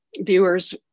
viewers